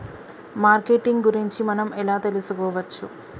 Marketing గురించి మనం ఎలా తెలుసుకోవచ్చు?